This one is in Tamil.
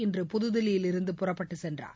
இன்று புதுதில்லியில் இருந்து புறப்பட்டுச் சென்றார்